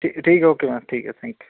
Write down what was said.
ਠੀ ਠੀਕ okay ma'am ਠੀਕ ਹੈ ਥੈਂਕ ਯੂ